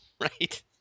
right